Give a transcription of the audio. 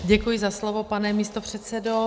Děkuji za slovo, pane místopředsedo.